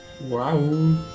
Wow